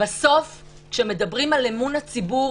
בסוף כשמדברים על אמון הציבור